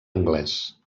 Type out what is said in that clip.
anglès